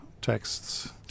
texts